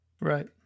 Right